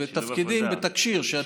בתפקידים, בתקשי"ר.